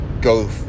go